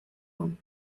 them